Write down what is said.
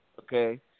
okay